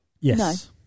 yes